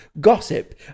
gossip